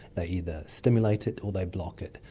they either stimulate it or they block it.